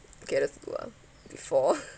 okay that's good ah before